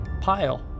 pile